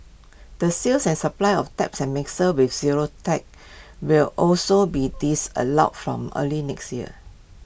the sales and supply of taps and mixers with zero ticks will also be disallowed from early next year